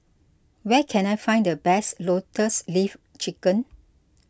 where can I find the best Lotus Leaf Chicken